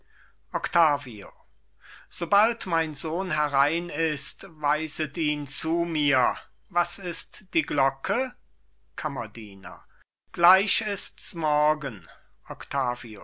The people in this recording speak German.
octavio sobald mein sohn herein ist weiset ihn zu mir was ist die glocke kammerdiener gleich ists morgen octavio